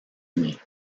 unis